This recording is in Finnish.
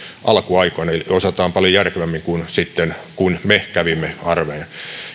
alkuaikoina eli osataan paljon järkevämmin kuin silloin kun me kävimme armeijan